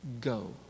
go